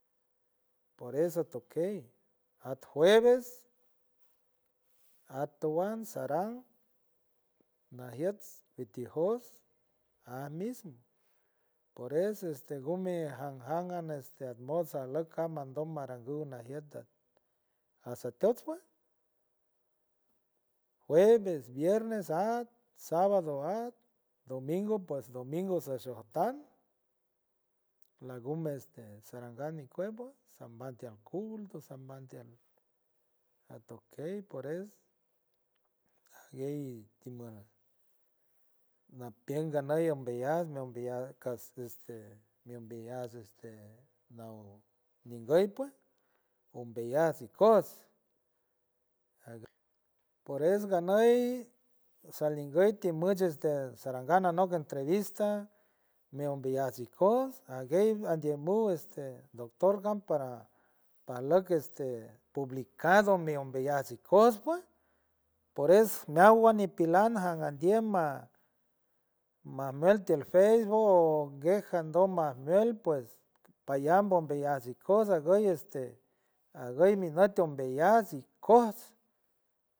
Por eso atokey at jueves atowan sarang najiuts dil tijoots at mis por eso este gumie jang, jang ananga atmos look caj mandu maranguy najieta acetuch pue jueves, viernes ad sabado ad domingo pues domingo se so tant lagume este saranguy mijquiew pue sambat ti a culto sambat tial atokey por eso aguey timaraj na pient niganuy umbeyuts mi umbeyuts cast este mi umbeyuts este naonguy pue umbeyuts ikoots por eso ganuy salinguy ti much este sarang anock entrevista mi umbeyuts ikoots aguey andiajmueste doctor gan para ajwck este publicado mi umbeyuts ikoots pue por eso meowan nipilan janja endiem ma mamtiel facebook o engueja ndo majiel pues payan umbeyuts ikoots sanguy este aguy mi loot umbeyuts ikoots.